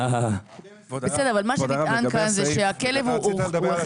אבל מה שנטען כאן זה שהכלב הוא הכרחי.